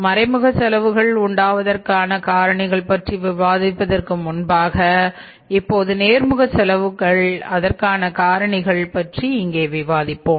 மறைமுக செலவுகள் உண்டாவதற்கான காரணிகள் பற்றி விவாதிப்பதற்கு முன்பாக இப்போது நேர்முகச் செலவுகள் அதற்கான காரணிகள் பற்றி இங்கே விவாதிப்போம்